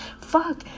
Fuck